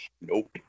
Nope